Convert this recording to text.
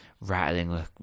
rattling